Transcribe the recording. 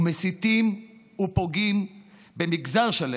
ומסיתים ופוגעים במגזר שלם,